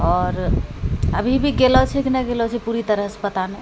आओर अभी भी गेलऽ छै कि नहि गेलऽ छै पूरी तरहसँ पता नहि